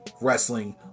wrestling